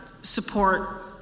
support